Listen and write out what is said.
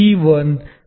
GN નો સરવાળો